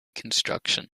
construction